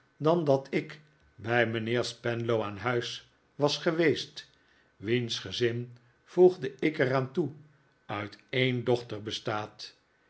dan dat ik bij mijnheer spenlow aan huis was geweest wiens gezin voegde ik er aan toe uit een dochter bestaat